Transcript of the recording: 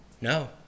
No